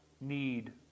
need